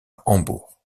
hambourg